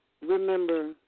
Remember